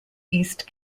east